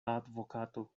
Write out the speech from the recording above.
advokato